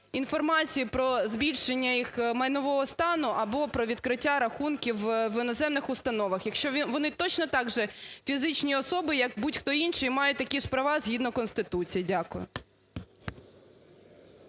про збільшення їх майнового стану або про відкриття рахунків в іноземних установах. Якщо вони точно так же фізичні особи, як будь-хто інший мають такі ж права згідно Конституції. Дякую.